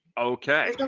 okay.